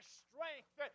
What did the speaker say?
strength